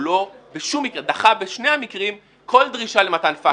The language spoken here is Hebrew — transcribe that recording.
הוא דחה בשני המקרים כל דרישה למתן פקטור.